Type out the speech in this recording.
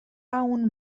aún